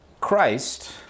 Christ